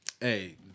Hey